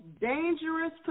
dangerous